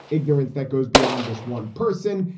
ignorance that goes beyond this one person.